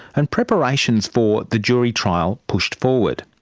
and preparations for the jury trial pushed forward.